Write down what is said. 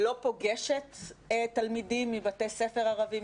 לא פוגשת תלמידים מבתי ספר ערבים,